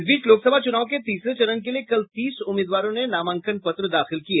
इस बीच लोकसभा चुनाव के तीसरे चरण के लिए कल तीस उम्मीदवारों ने नामांकन पत्र दाखिल किए